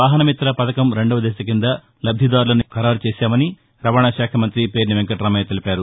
వాహన మిత్ర పథకం రెండవ దశ కింద లబ్లిదారులను ఖరారు చేశామని రవాణా శాఖ మంగ్రి పేర్ని వెంకటామయ్య తెలిపారు